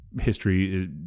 History